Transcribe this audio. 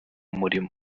murimo